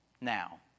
now